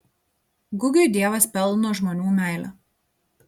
gugiui dievas pelno žmonių meilę